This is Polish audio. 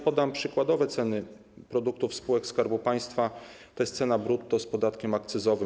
Podam przykładowe ceny produktów spółek Skarbu Państwa, to jest cena brutto z podatkiem akcyzowym.